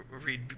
read